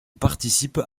participe